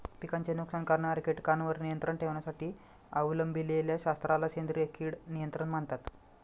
पिकांचे नुकसान करणाऱ्या कीटकांवर नियंत्रण ठेवण्यासाठी अवलंबिलेल्या शास्त्राला सेंद्रिय कीड नियंत्रण म्हणतात